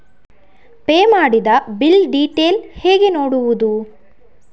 Pay ಮಾಡಿದ bill detail ಹೇಗೆ ನೋಡುವುದು?